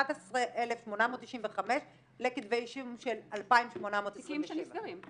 ה-11,895 לכתבי אישום של 2827. תיקים שנסגרים.